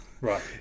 Right